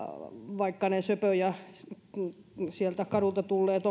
vaikka ne sieltä kadulta tulleet